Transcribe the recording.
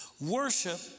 Worship